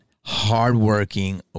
hardworking